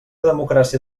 democràcia